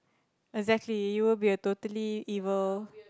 exactly you will be a totally evil